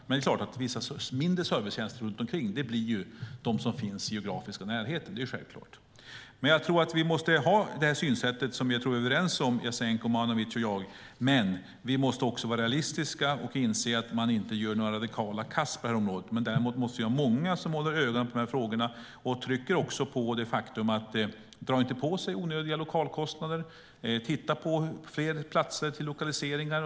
Men vissa mindre servicetjänster runt omkring blir de som finns i den geografiska närheten. Det är självklart. Vi måste ha det synsättet, som jag tror att vi är överens om, Jasenko Omanovic och jag. Men vi måste också vara realistiska och inse att man inte gör några radikala kast på området. Däremot måste vi ha många som håller ögonen på dessa frågor. Jag vill också betona att man inte ska dra på sig onödiga lokalkostnader och titta på fler platser för lokaliseringar.